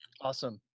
Awesome